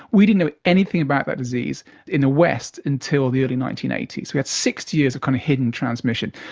we didn't know anything about that disease in the west until the early nineteen eighty s. we had sixty years of kind of hidden transmission.